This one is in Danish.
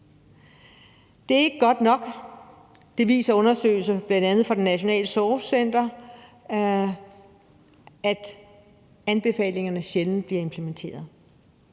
viser, at anbefalingerne sjældent bliver implementeret.